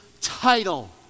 title